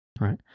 Right